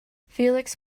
felix